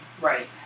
Right